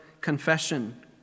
Confession